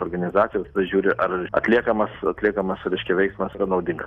organizacijos pažiūriu ar atliekamas atliekamas reiškia veiksmas yra naudinga